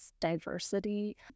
diversity